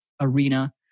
arena